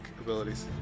abilities